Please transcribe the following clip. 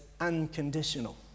unconditional